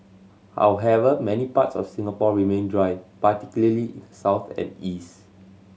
however many parts of Singapore remain dry particularly in the south and east